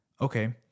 okay